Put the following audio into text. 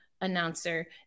announcer